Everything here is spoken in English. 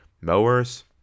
Mowers –